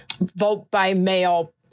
vote-by-mail